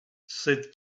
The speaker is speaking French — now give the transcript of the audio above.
cette